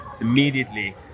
Immediately